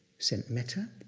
sent metta,